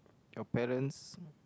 your parents